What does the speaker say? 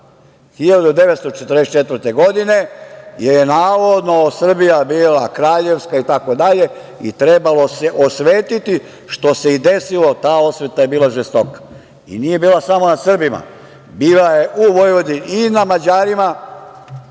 1944. godine, jer je navodno Srbija bila kraljevska itd, i trebalo se osvetiti, što se i desilo, ta osveta je bila žestoka i nije bila samo na Srbima, bila je u Vojvodini i na Mađarima,